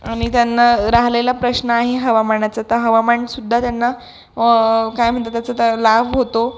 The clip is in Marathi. आणि त्यांना राहिलेला प्रश्न आहे हवामानाचा तर हवामानसुद्धा त्यांना काय म्हणता त्याचं तर लाभ होतो